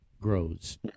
grows